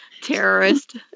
Terrorist